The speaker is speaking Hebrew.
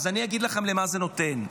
אז אני אגיד לכם מה זה נותן.